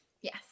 Yes